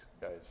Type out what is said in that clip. Guys